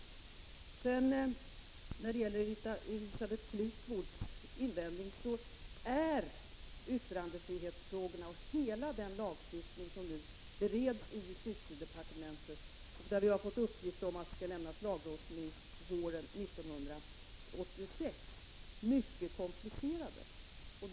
När det gäller Elisabeth Fleetwoods invändning vill jag säga att yttrandefrihetsfrågorna och hela den lagstiftning som nu bereds i justitiedepartementet — vi har därvidlag fått uppgift om att det skall bli lagrådsremiss våren 1986 — är mycket komplicerade.